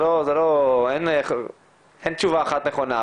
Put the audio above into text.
אין תשובה אחת נכונה,